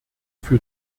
für